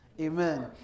Amen